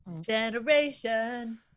Generation